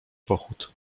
pochód